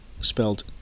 spelled